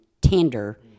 tender